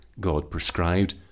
God-prescribed